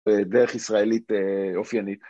דרך ישראלית אופיינית.